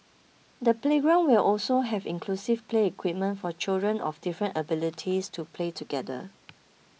the playground will also have inclusive play equipment for children of different abilities to play together